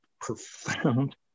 profound